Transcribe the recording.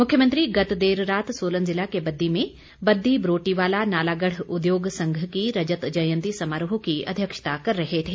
मुख्यमंत्री गत देर रात सोलन जिला के बद्दी में बददी बरोटीवाला नालागढ़ उद्योग संघ की रजत जयंती समारोह की अध्यक्षता कर रहे थे